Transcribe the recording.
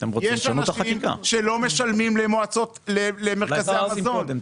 שיש אנשים שלא משלמים למרכזי המזון,